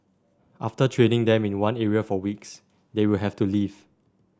after training them in one area for weeks they will have to leave